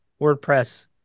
WordPress